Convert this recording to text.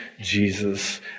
Jesus